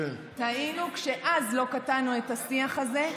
טעינו כשאז לא קטענו את השיח הזה,